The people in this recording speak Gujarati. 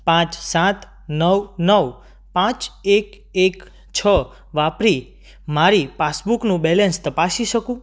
પાંચ સાત નવ નવ પાંચ એક એક છ વાપરી મારી પાસબુકનું બેલેન્સ તપાસી શકું